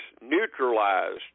neutralized